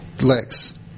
Lex